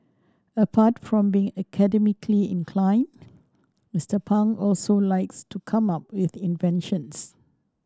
apart from being academically inclined Mister Pang also likes to come up with inventions